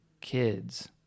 kids